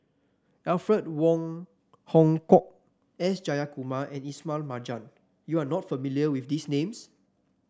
Alfred Wong Hong Kwok S Jayakumar and Ismail Marjan you are not familiar with these names